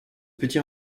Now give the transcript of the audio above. petit